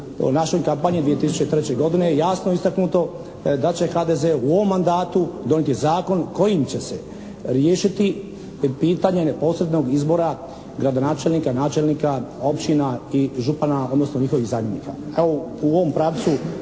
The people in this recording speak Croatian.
našoj kampanji 2003. godine jasno istaknuto da će HDZ u ovom mandatu donijeti zakon kojim će se riješiti pitanje nesporednog izbora gradonačelnika, načelnika općina i župana odnosno njihovih zamjenika.